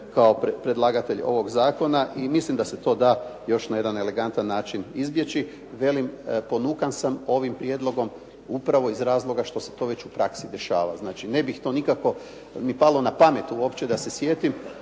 kao predlagatelj ovog zakona i mislim da se to da još na jedan elegantan način izbjeći. Velim, ponukan sam ovim prijedlogom upravo iz razloga što se to već u praksi dešava. Znači ne bih to nikako mi palo na pamet uopće da se sjetim